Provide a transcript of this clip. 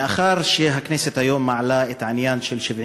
מאחר שהכנסת מעלה היום את העניין של 70